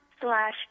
slash